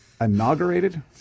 Inaugurated